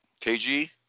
KG